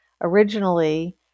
originally